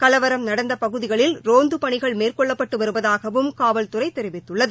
கலவரம் நடந்த பகுதிகளில் ரோந்து பணிகள் மேற்கொள்ளப்பட்டு வருவதாகவும் காவல்துறை தெரிவித்துள்ளது